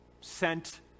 sent